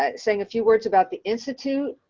ah saying a few words about the institute.